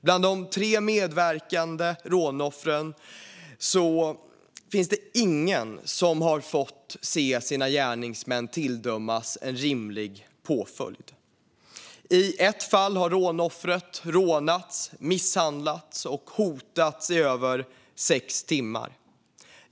Bland de tre medverkande rånoffren finns det ingen som har fått se sin gärningsman tilldömas en rimlig påföljd. I ett fall har rånoffret rånats, misshandlats och hotats i över sex timmar.